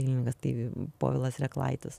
dailininkas tai povilas reklaitis